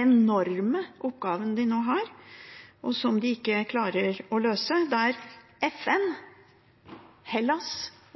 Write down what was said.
enorme oppgaven de nå har, og som de ikke klarer å løse, der FN, Hellas